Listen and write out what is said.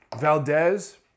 Valdez